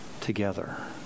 together